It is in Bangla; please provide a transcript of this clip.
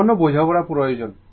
সামান্য বোঝাপড়া প্রয়োজন